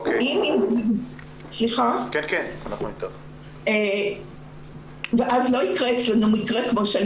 2. הנושא של קידום תרבות מכבדת כמטרה